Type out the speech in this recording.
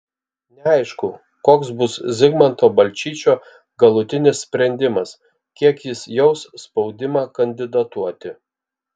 neaišku koks bus zigmanto balčyčio galutinis sprendimas kiek jis jaus spaudimą kandidatuoti